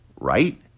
Right